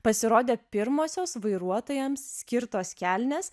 pasirodė pirmosios vairuotojams skirtos kelnės